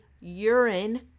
urine